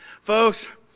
Folks